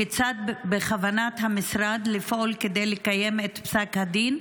כיצד בכוונת המשרד לפעול כדי לקיים את פסק הדין,